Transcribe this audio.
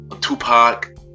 Tupac